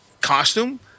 costume